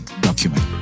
document